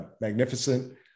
magnificent